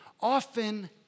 often